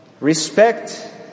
respect